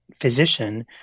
physician